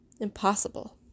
Impossible